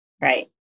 Right